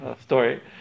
story